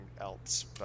else